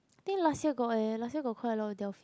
think last year got eh last year got quite a lot of